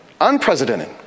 unprecedented